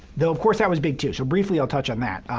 though of course that was big, too. so briefly i'll touch on that,